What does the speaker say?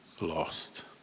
lost